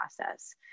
process